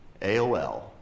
aol